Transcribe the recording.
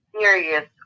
serious